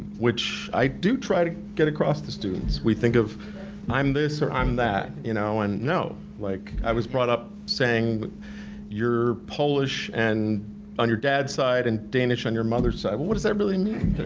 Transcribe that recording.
which, i do try to get across to students. we think of i'm this or i'm that, you know. and no. like i was brought up saying you're polish and on your dad's side and danish on your mother's side, well what does that really mean?